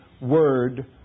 Word